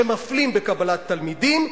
שמפלים בקבלת תלמידים,